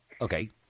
Okay